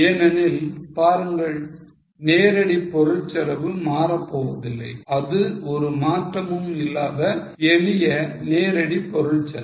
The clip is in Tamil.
ஏனெனில் பாருங்கள் நேரடி பொருள் செலவு மாறப்போவதில்லை அது ஒரு மாற்றமும் இல்லாத எளிய நேரடி பொருள் செலவு